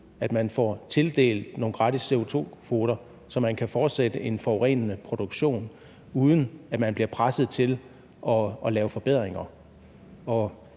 at man får tildelt nogle gratis CO2-kvoter, så man kan fortsætte en forurenende produktion, uden at man bliver presset til at lave forbedringer.